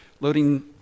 loading